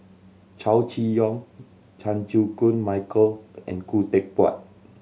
Chow Chee Yong Chan Chew Koon Michael and Khoo Teck Puat